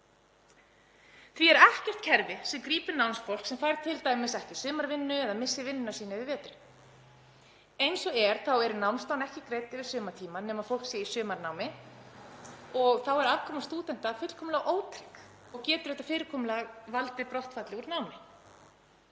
Því er ekkert kerfi sem grípur námsfólk sem fær t.d. ekki sumarvinnu eða missir vinnu sína yfir veturinn. Eins og er eru námslán ekki greidd yfir sumartímann nema fólk sé í sumarnámi og þá er afkoma stúdenta fullkomlega ótrygg og getur þetta fyrirkomulag valdið brottfalli úr námi.